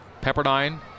Pepperdine